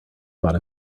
bought